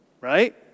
Right